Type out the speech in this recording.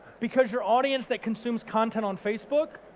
because your audience that consumes content on facebook